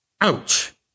Ouch